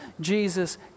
Jesus